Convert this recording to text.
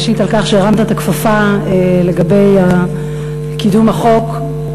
ראשית על כך שהרמת את הכפפה לגבי קידום החוק,